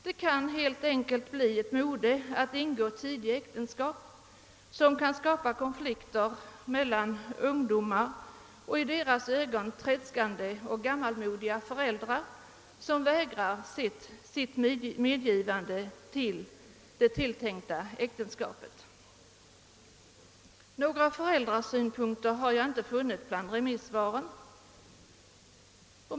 Det kan helt enkelt bli ett mode att ingå ett tidigt äktenskap, något som kan skapa konflikter mellan ungdomar och i deras ögon tredskande och gammalmodiga föräldrar, vilka vägrar sitt medgivande till det tilltänkta äktenskapet. Några föräldrasynpunkter har jag inte funnit bland remisssvaren.